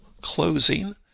closing